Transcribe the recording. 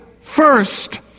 first